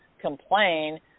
complain